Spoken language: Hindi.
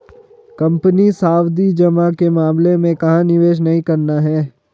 कंपनी सावधि जमा के मामले में कहाँ निवेश नहीं करना है?